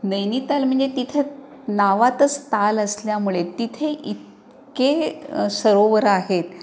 नैनिताल म्हणजे तिथं नावातच ताल असल्यामुळे तिथे इतके सरोवर आहेत